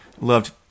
loved